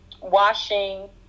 washing